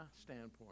standpoint